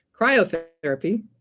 Cryotherapy